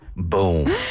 boom